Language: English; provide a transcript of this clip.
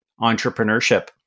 entrepreneurship